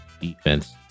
defense